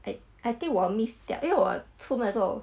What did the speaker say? I I think 我 miss 掉因为我出门的时候